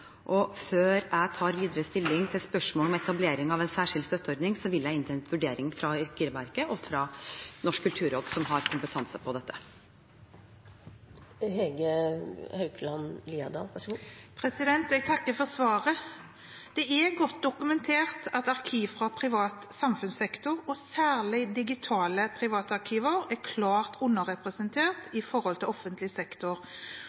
og før jeg tar videre stilling til spørsmålet om etablering av en særskilt støtteordning, vil jeg innhente en vurdering fra Arkivverket og fra Norsk kulturråd, som har kompetanse på dette. Jeg takker for svaret. Det er godt dokumentert at arkiv fra privat samfunnssektor og særlig digitale privatarkiv er klart underrepresentert i forhold til offentlig sektor,